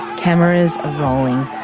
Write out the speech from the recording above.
cameras are rolling,